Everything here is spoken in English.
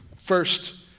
First